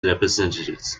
representatives